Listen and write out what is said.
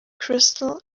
crystal